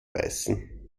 beißen